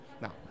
Now